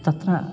तत्र